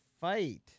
fight